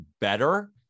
better